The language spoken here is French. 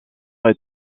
est